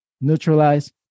neutralize